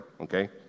okay